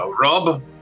Rob